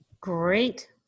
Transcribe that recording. great